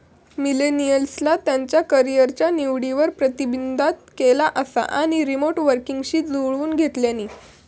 मिलेनियल्सना त्यांच्या करीयरच्या निवडींवर प्रतिबिंबित केला असा आणि रीमोट वर्कींगशी जुळवुन घेतल्यानी